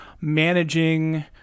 managing